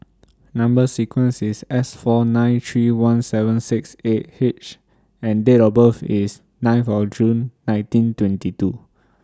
Number sequence IS S four nine three one seven six eight H and Date of birth IS ninth of June nineteen twenty two